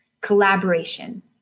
Collaboration